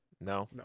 No